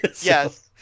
Yes